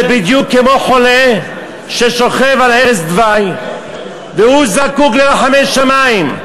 זה בדיוק כמו חולה ששוכב על ערש דווי והוא זקוק לרחמי שמים.